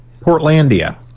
Portlandia